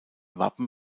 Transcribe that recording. wappen